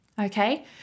Okay